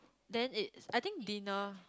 then it I think dinner